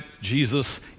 Jesus